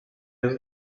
jest